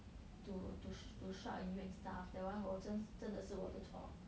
to to to shout at you and stuff that one 我真真的是我的错